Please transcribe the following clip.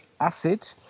acid